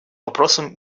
вопросам